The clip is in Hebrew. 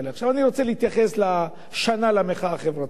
עכשיו אני רוצה להתייחס ל"שנה למחאה החברתית".